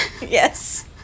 Yes